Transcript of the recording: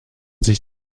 sich